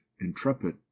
intrepid